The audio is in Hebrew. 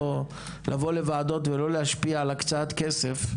לבוא לוועדות ולא להשפיע על הקצאת כסף,